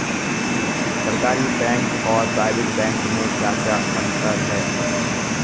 सरकारी बैंक और private bank में क्या क्या अंतर हैं?